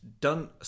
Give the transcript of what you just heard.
done